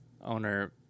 owner